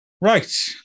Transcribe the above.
Right